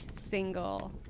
single